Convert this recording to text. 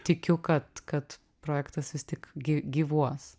tikiu kad kad projektas vis tik gy gyvuos